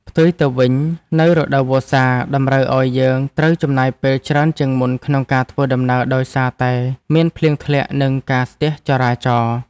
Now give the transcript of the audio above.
ផ្ទុយទៅវិញនៅរដូវវស្សាតម្រូវឱ្យយើងត្រូវចំណាយពេលច្រើនជាងមុនក្នុងការធ្វើដំណើរដោយសារតែមានភ្លៀងធ្លាក់ និងការស្ទះចរាចរណ៍។